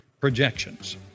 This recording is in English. projections